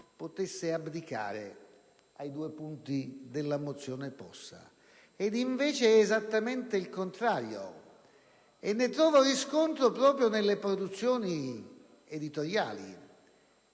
potesse abdicare ai due punti della mozione del senatore Possa; invece, è esattamente il contrario e se ne trova riscontro proprio nelle produzioni editoriali.